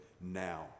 now